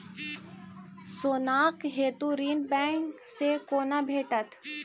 सोनाक हेतु ऋण बैंक सँ केना भेटत?